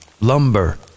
lumber